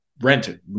Rented